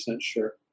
sure